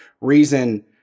reason